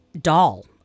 doll